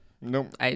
nope